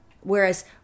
whereas